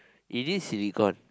is it silicone